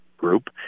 group